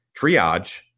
triage